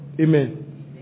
Amen